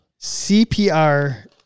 CPR